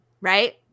right